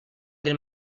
del